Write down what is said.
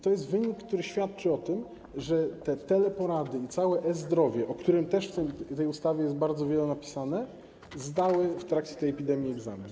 To jest wynik, który świadczy o tym, że te teleporady i całe e-zdrowie, o którym też w tej ustawie jest bardzo wiele napisane, w trakcie tej epidemii zdały egzamin.